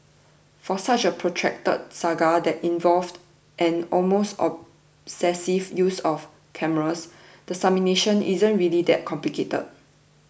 for such a protracted saga that involved an almost obsessive use of cameras the summation isn't really that complicated